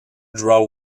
draw